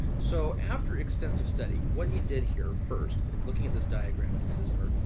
so after extensive study, what he did here first looking at this diagram, this is our,